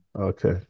Okay